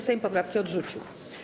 Sejm poprawki odrzucił.